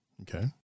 okay